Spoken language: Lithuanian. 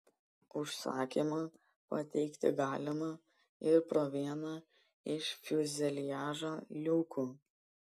užsakymą pateikti galima ir pro vieną iš fiuzeliažo liukų